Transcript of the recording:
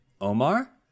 Omar